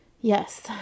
Yes